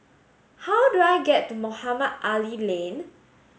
how do I get to Mohamed Ali Lane